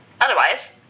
Otherwise